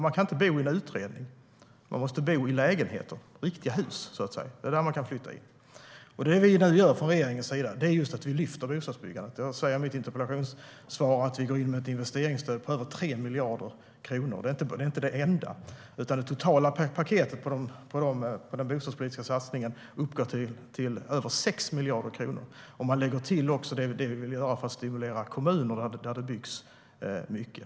Man kan inte bo i en utredning, utan man måste bo i lägenheter, så att säga i riktiga hus. Det är där som man kan flytta in. Det vi gör från regeringen är att vi ökar bostadsbyggandet. Jag säger i mitt interpellationssvar att vi går in med ett investeringsstöd på över 3 miljarder kronor, och det är inte den enda insatsen. Det totala paketet för den bostadspolitiska satsningen uppgår till över 6 miljarder kronor, om man lägger till det som vi vill göra för att stimulera kommunerna där det byggs mycket.